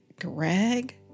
Greg